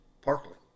Parkland